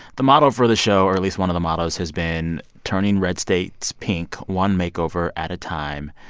the model for the show or at least one of the models has been turning red states pink one makeover at a time.